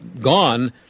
gone